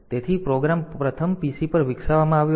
તેથી પ્રોગ્રામ પ્રથમ PC પર વિકસાવવામાં આવ્યો છે